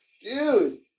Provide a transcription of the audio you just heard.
Dude